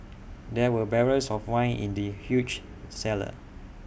there were barrels of wine in the huge cellar